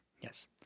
Yes